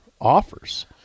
offers